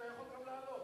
אתה יכול גם לעלות.